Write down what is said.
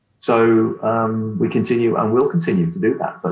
so we continue and will continue to do that. but